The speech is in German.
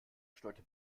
steuerte